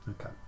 Okay